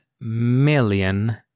million